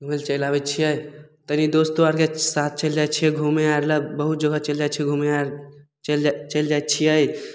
घुमय लए चलि आबय छियै तनी दोस्तो आरके साथ चलि जाइ छियै घुमय आर लए बहुत जगह चलि जाइ छियै घुमे आर चलि जाइ चलि जाइ छियै